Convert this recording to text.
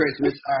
Christmas